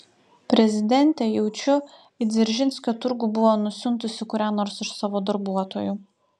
prezidentė jaučiu į dzeržinskio turgų buvo nusiuntusi kurią nors iš savo darbuotojų